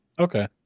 Okay